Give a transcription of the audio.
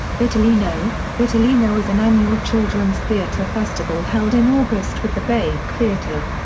bitolino bitolino is an annual children's theater festival held in august with the babec theater.